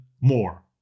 more